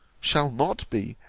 shall not be,